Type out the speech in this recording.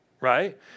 Right